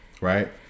right